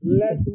Let